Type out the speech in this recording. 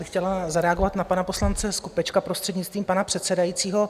Já bych chtěla zareagovat na pana poslance Skopečka, prostřednictvím pana předsedajícího.